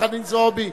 וחנין זועבי,